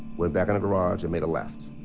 went back in the garage and made a left.